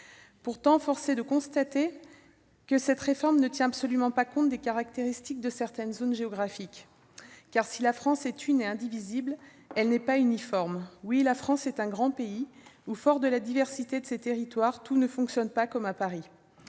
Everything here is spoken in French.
Pourtant, force est de constater que cette réforme ne tient absolument pas compte des caractéristiques de certaines zones géographiques. Car si la France est une et indivisible, elle n'est pas uniforme ! Oui, la France est un grand pays fort de la diversité de ses territoires où tout ne fonctionne pas comme à Paris